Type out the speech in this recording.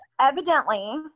evidently